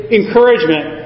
encouragement